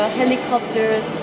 helicopters